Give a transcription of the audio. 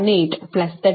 18 33